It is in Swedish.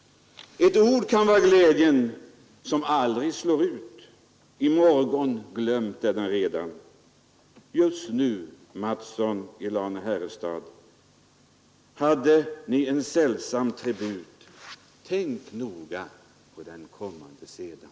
Ett ord kan vara glädjen; som aldrig slår ut i morgon glömt är det redan. Just nu Mattsson i Lane-Herrestad, hade ni en sällsam tribut tänk noga på den kommande sedan.